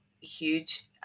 huge